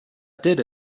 did